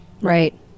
Right